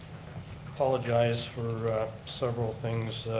apologize for several things